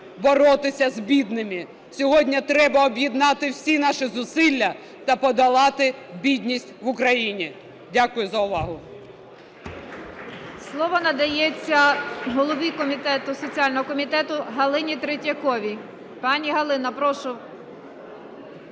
боротися з бідними. Сьогодні треба об'єднати всі наші зусилля та подолати бідність в Україні. Дякую за увагу.